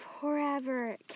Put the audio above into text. forever